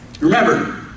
Remember